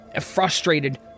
Frustrated